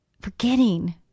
forgetting